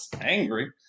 angry